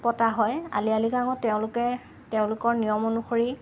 পতা হয় আলি আই লৃগাঙত তেওঁলোকে তেওঁলোকৰ নিয়ম অনুসৰি